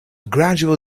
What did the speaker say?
gradual